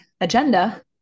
agenda